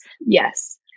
Yes